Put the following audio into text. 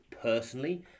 personally